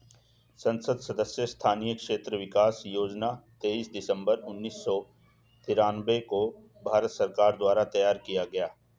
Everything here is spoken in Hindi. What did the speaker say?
संसद सदस्य स्थानीय क्षेत्र विकास योजना तेईस दिसंबर उन्नीस सौ तिरान्बे को भारत सरकार द्वारा तैयार किया गया